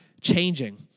changing